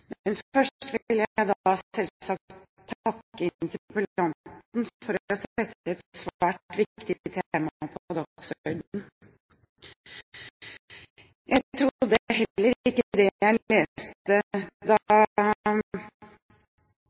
Først vil jeg selvsagt takke interpellanten for å sette et svært viktig tema på dagsordenen. Jeg trodde heller ikke det jeg så da